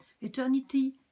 Eternity